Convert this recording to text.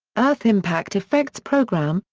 earth impact effects program,